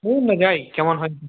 চলুন না যাই কেমন হয় দেখে আসি